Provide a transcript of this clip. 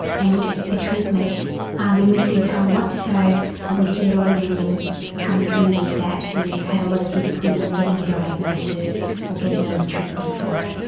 and the treatments are limited somewhat, so and we see a lot of women come through with that who've had a lot of difficulty getting a diagnosis or getting any treatment for it.